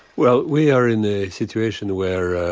well we are in a situation where